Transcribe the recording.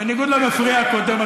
בניגוד למפריע הקודם,